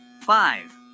five